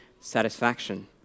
satisfaction